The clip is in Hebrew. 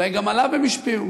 אולי גם עליו הם השפיעו.